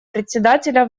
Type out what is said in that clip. председателя